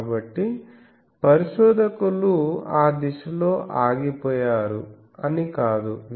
కాబట్టి పరిశోధకులు ఆ దిశలో ఆగిపోయారు అని కాదు